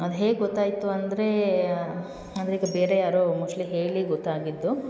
ಅದು ಹೇಗೆ ಗೊತ್ತಾಯಿತು ಅಂದರೆ ಅಂದರೆ ಈಗ ಬೇರೆ ಯಾರೋ ಮೋಸ್ಟ್ಲಿ ಹೇಳಿ ಗೊತ್ತಾಗಿದ್ದು